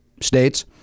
states